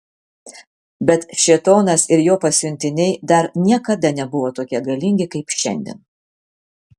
bet šėtonas ir jo pasiuntiniai dar niekada nebuvo tokie galingi kaip šiandien